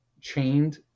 chained